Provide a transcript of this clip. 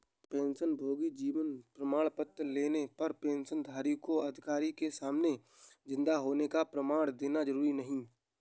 पेंशनभोगी जीवन प्रमाण पत्र लेने पर पेंशनधारी को अधिकारी के सामने जिन्दा होने का प्रमाण देना जरुरी नहीं